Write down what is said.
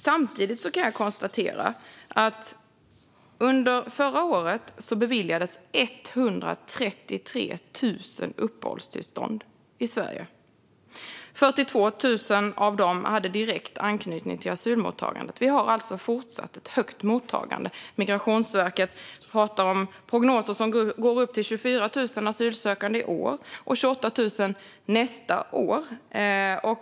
Samtidigt kan jag konstatera att under förra året beviljades 133 000 uppehållstillstånd i Sverige. Av dem hade 42 000 direkt anknytning till asylmottagandet. Vi har alltså fortfarande ett högt mottagande. Migrationsverket talar om prognoser på upp till 24 000 asylsökande i år och 28 000 nästa år.